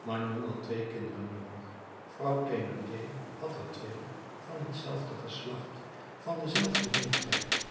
magnon had twee kinderen noodig vrouw thénardier had er twee van hetzelfde geslacht van denzelfden leeftijd